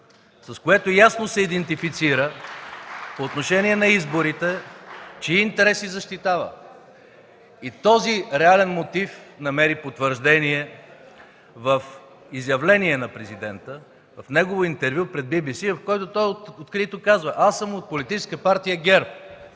с което ясно се идентифицира по отношение на изборите чии интереси защитава. И този реален мотив намери потвърждение в изявление на президента, в негово интервю пред Би Би Си, в което той открито казва: „Аз съм от Политическа партия ГЕРБ”!